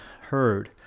heard